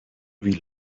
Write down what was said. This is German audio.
wie